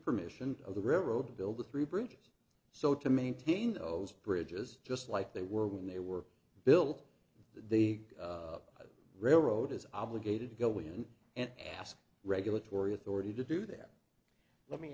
permission of the railroad to build the three bridges so to maintain those bridges just like they were when they were built that the railroad is obligated to go in and ask regulatory authority to do that let me